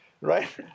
right